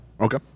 Okay